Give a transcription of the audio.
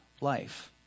life